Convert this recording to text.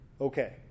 okay